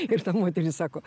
ir ta moteris sako